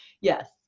yes